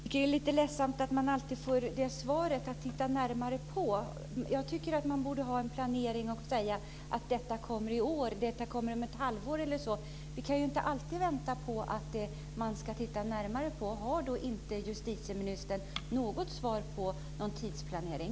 Fru talman! Det är lite ledsamt att alltid få svaret att man ska titta närmare på det. Jag tycker att man borde ha en planering och kunna säga att det kommer i år, om ett halvår eller något annat. Vi kan ju inte alltid vänta på att man ska titta närmare på det. Har inte justitieministern något svar när det gäller en tidsplanering?